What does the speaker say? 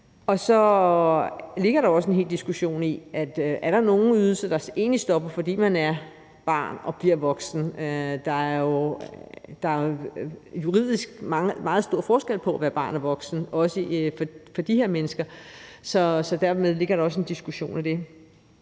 Så ligger der også en hel diskussion i, om der er nogle ydelser, der stopper, fordi man er barn og bliver voksen. Der er jo juridisk meget stor forskel på at være barn og på at være voksen, også for de her mennesker, så dermed ligger der også en diskussion af det.